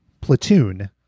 platoon